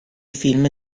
film